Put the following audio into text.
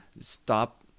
Stop